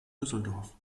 düsseldorf